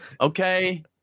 Okay